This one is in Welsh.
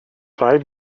rhaid